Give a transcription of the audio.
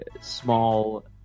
small